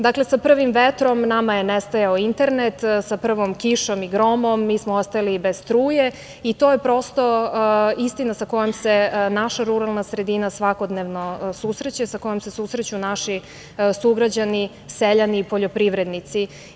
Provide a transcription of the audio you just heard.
Dakle, sa prvim vetrom nama je nestajao internet, sa prvom kišom i gromom mi smo ostajali bez struje i to je prosto istina sa kojom se naša ruralna sredina svakodnevno susreće, sa kojom se susreću naši sugrađani, seljani i poljoprivrednici.